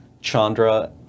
Chandra